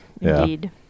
Indeed